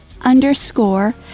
underscore